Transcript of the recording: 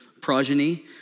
progeny